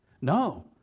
No